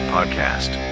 Podcast